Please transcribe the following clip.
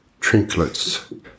Trinklets